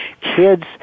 kids